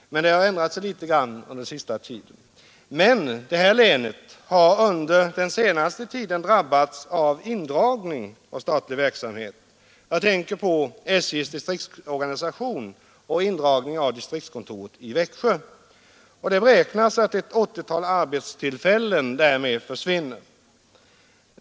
Men det har ändrat sig litet grand under 1960-talet. Länet har emellertid drabbats av indragning av statlig verksamhet. Jag tänker på SJ:s distriktsorganisation och indragningen av distriktskontoret i Växjö. Det räknas med att ett 80-tal arbetstillfällen därmed försvinner.